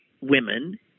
women